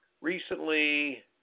recently